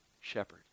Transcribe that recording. shepherd